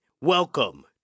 welcome